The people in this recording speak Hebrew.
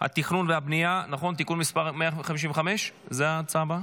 התכנון והבנייה (תיקון מס' 154, הוראת שעה),